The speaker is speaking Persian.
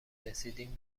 رسیدین